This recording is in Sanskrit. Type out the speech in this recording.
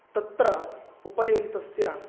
तत्र उपयुक्तस्य